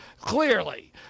Clearly